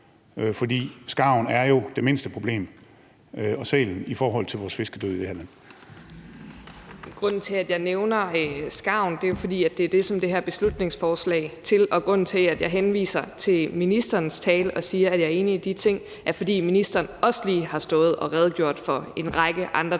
i havet. Kl. 12:51 Første næstformand (Leif Lahn Jensen): Ordføreren. Kl. 12:51 Anne Paulin (S): Grunden til, at jeg nævner skarven, er jo, at det er det, som det her beslutningsforslag handler om, og grunden til, at jeg henviser til ministerens tale og siger, at jeg er enig i de ting, er, fordi ministeren også lige har stået og redegjort for en række andre